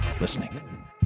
listening